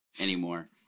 anymore